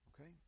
okay